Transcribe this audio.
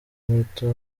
muto